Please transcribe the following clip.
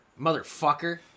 motherfucker